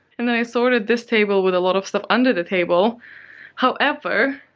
and then i sorted this table with a lot of stuff under the table however,